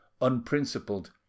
unprincipled